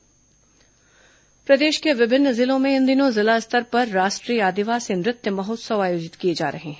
आदिवासी नृत्य महोत्सव प्रदेश के विभिन्न जिलों में इन दिनों जिला स्तर पर राष्ट्रीय आदिवासी नृत्य महोत्सव आयोजित किए जा रहे हैं